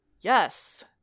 yes